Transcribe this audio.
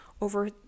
over